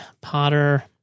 Potter